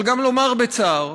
אבל גם לומר בצער